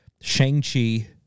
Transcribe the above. Shang-Chi